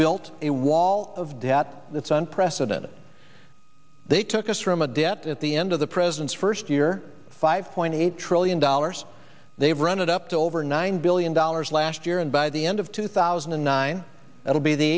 built a wall of debt that's unprecedented they took us from a debt at the end of the president's first year five point eight trillion dollars they've run it up to over nine billion dollars last year and by the end of two thousand and nine that will be the